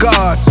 God